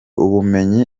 ubumenyi